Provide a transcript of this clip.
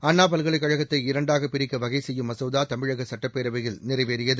அண்ணா பல்கலைக் கழகத்தை இரண்டாக பிரிக்க வகைசெய்யும் மசோதா தமிழக சுட்டப்பேரவையில் நிறைவேறியது